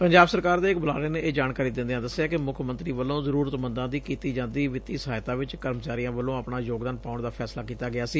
ਪੰਜਾਬ ਸਰਕਾਰ ਦੇ ਇੱਕ ਬੁਲਾਰੇ ਨੇ ਇਹ ਜਾਣਕਾਰੀ ਦਿੰਦਿਆਂ ਦੱਸਿਐ ਕਿ ਮੁੱਖ ਮੰਤਰੀ ਵੱਲੋ ਜ਼ਰੂਰਤਮੰਦਾਂ ਦੀ ਕੀਤੀ ਜਾਂਦੀ ਵਿੱਤੀ ਸਹਾਇਤਾ ਚ ਕਰਮਚਾਰੀਆਂ ਵੱਲੋਂ ਆਪਣਾ ਯੋਗਦਾਨ ਪਾਉਣ ਦਾ ਫੈਸਲਾ ਕੀਤਾ ਗਿਆ ਸੀ